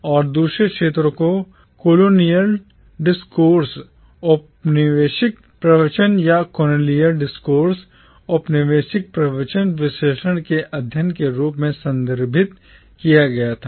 और दूसरे क्षेत्र को colonial discourse औपनिवेशिक प्रवचन या colonial discourse औपनिवेशिक प्रवचन विश्लेषण के अध्ययन के रूप में संदर्भित किया गया था